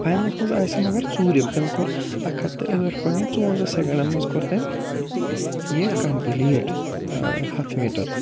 finals منٛز آیہِ سۄ مگر ژوٗرِم تٔمۍ کوٚر اَکھ ہَتھ تہٕ ٲٹھ پوینٛٹ ژُونٛزاہ سٮ۪کَنٛڈَن منٛز کوٚر تٔمۍ یہِ کَمٛپٕلیٖٹ ہَتھ میٖٹَر